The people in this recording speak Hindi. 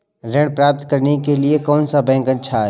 ऋण प्राप्त करने के लिए कौन सा बैंक अच्छा है?